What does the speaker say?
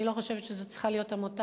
אני לא חושבת שזו צריכה להיות עמותה